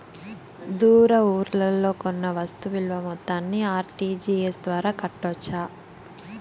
దూర ఊర్లలో కొన్న వస్తు విలువ మొత్తాన్ని ఆర్.టి.జి.ఎస్ ద్వారా కట్టొచ్చా?